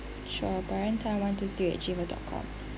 sure barron tan one two three at gmail dot com